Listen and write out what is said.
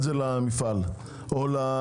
התמריץ לנהגים - למה אתה נותן את זה למפעל או ליבואן?